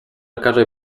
lekarza